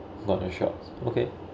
for the shops okay